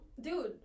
Dude